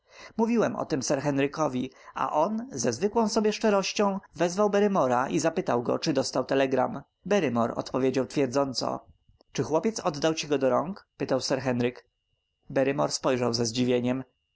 mówiłem o tem sir henrykowi a on ze zwykłą sobie szczerością wezwał barrymora i zapytał go czy dostał telegram barrymore odpowiedział twierdząco czy chłopiec oddał ci go do rąk pytał sir henryk barrymore spojrzał ze zdziwieniem